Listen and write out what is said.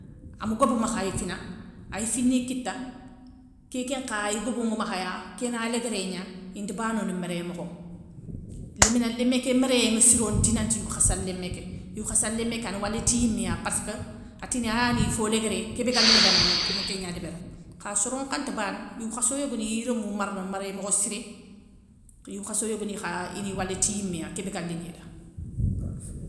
Am gobe makhay fina, ay fini kita kékén nkha iguobo nŋa makhaya, kéné léguéré gna, intabanono méré mokho. Lémina lémé ké mérénŋa sirone dinanti yougkhassa lémé ké, yougkhassa lémé ké ana wala ti yiméya passkeu atina ayani fo léguéré, kébéga linŋa da ana kégna débérini. Kha soron nkha nti bana, yougkhasso yogoniy i romou marna méré mokhossiré, yougkhasso yogoni kha ini wala ti yimé ya kébéga linŋi da.